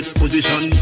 position